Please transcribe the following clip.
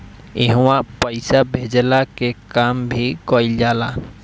इहवा पईसा भेजला के काम भी कइल जाला